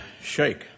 Shake